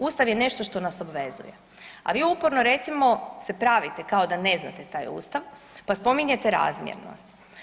Ustav je nešto što nas obvezuje, a vi uporno recimo se pravite kao da ne znate taj Ustav pa spominjete razmjernost.